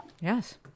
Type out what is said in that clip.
Yes